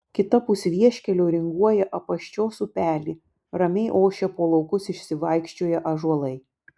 kitapus vieškelio ringuoja apaščios upelė ramiai ošia po laukus išsivaikščioję ąžuolai